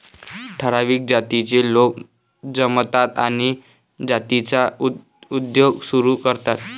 ठराविक जातीचे लोक जमतात आणि जातीचा उद्योग सुरू करतात